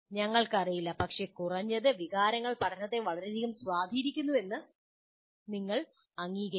ഞങ്ങൾക്ക് അറിയില്ല പക്ഷേ കുറഞ്ഞത് വികാരങ്ങൾ പഠനത്തെ വളരെയധികം സ്വാധീനിക്കുന്നു എന്ന് നിങ്ങൾ അംഗീകരിക്കണം